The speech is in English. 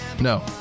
no